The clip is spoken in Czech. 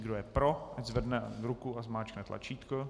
Kdo je pro, ať zvedne ruku a zmáčkne tlačítko.